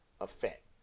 effect